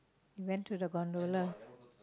we went to the gondola